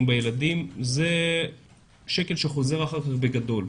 בילדים זה שקל שחוזר אחר כך בגדול.